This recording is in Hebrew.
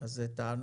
אז זה תענוג.